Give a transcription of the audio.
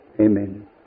Amen